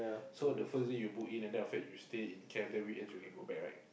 so the first day you book in and then after that you stay in camp then weekends you can go back right